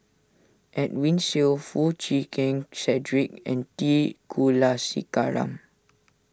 Edwin Siew Foo Chee Keng Cedric and T Kulasekaram